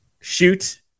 shoot